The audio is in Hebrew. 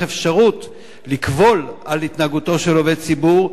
אפשרות לקבול על התנהגותו של עובד ציבור,